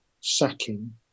sacking